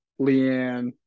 Leanne